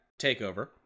TakeOver